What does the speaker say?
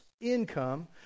income